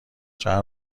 چند